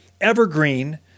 evergreen